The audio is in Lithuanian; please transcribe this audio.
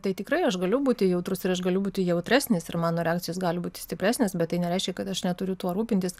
tai tikrai aš galiu būti jautrus ir aš galiu būti jautresnis ir mano reakcijos gali būti stipresnės bet tai nereiškia kad aš neturiu tuo rūpintis